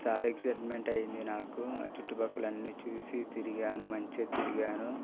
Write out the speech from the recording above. చాలా ఎక్సైట్మెంట్ అయ్యింది నాకు ఆ చుట్టుపక్కల అన్నీ చూసి తిరిగాను మంచిగా తిరిగాను